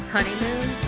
Honeymoon